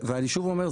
ואני שוב אומר,